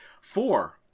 Four